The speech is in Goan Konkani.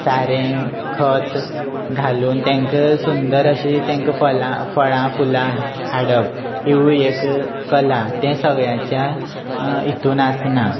सारें खत घालून तांकां सुंदर अशी तांकां फळां फुलां हाडप हिवूय एक कला तें सगळ्यांच्या हितून आसना